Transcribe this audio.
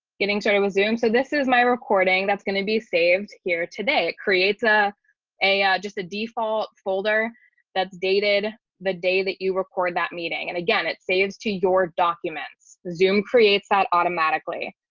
getting started with zoom. so this is my recording that's going to be saved here today. it creates ah a just a default folder that's dated the day that you record that meeting and again, it saves to your documents, zoom creates that automatically.